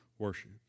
worship